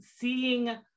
seeing